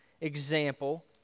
example